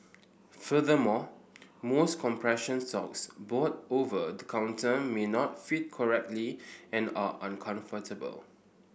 furthermore most compression socks bought over the counter may not fit correctly and are uncomfortable